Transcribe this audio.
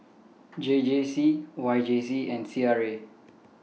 J J C Y J C and C R A